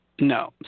No